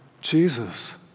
Jesus